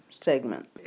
segment